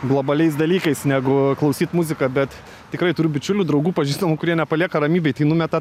globaliais dalykais negu klausyt muziką bet tikrai turiu bičiulių draugų pažįstamų kurie nepalieka ramybėj tai numeta